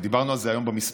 ודיברנו על זה היום במספרים.